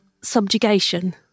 subjugation